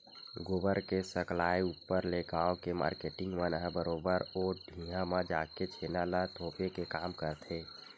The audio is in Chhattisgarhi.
गोबर के सकलाय ऊपर ले गाँव के मारकेटिंग मन ह बरोबर ओ ढिहाँ म जाके छेना ल थोपे के काम करथे